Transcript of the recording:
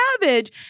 cabbage